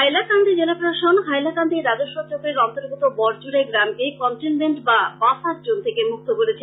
হাইলাকান্দি জেলা প্রশাসন হাইলাকান্দি রাজস্ব চক্রের অর্ন্তগত বড়জুড়াই গ্রামকে কনটেনমেন্ট বা বাফার জোন থেকে মুক্ত করেছে